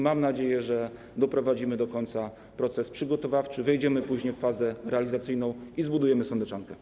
Mam nadzieję, że doprowadzimy do końca proces przygotowawczy, później wejdziemy w fazę realizacyjną i zbudujemy sądeczankę.